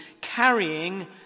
carrying